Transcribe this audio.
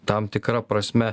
tam tikra prasme